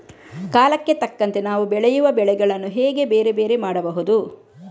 ಕಾಲಕ್ಕೆ ತಕ್ಕಂತೆ ನಾವು ಬೆಳೆಯುವ ಬೆಳೆಗಳನ್ನು ಹೇಗೆ ಬೇರೆ ಬೇರೆ ಮಾಡಬಹುದು?